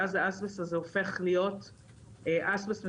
ואז האזבסט הזה הופך להיות אזבסט מסוכן.